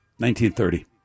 1930